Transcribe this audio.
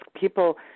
people